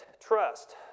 trust